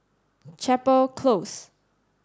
Chapel Close